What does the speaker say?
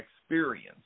experience